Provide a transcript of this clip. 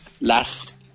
last